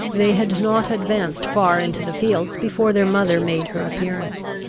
they had not advanced far into the fields, before their mother made her appearance.